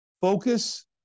Focus